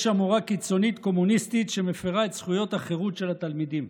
יש שם מורה קיצונית קומוניסטית שמפירה את זכויות החירות של התלמידים,